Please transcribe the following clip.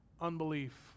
unbelief